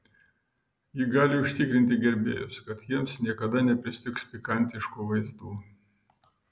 ji gali užtikrinti gerbėjus kad jiems niekada nepristigs pikantiškų vaizdų